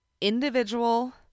Individual